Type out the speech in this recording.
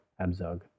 Abzug